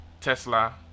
Tesla